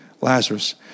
Lazarus